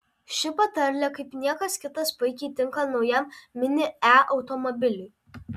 ši patarlė kaip niekas kitas puikiai tinka naujam mini e automobiliui